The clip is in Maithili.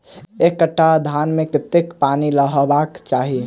एक कट्ठा धान मे कत्ते पानि रहबाक चाहि?